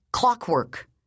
clockwork